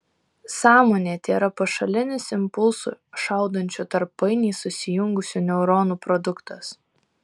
sąmonė tėra pašalinis impulsų šaudančių tarp painiai susijungusių neuronų produktas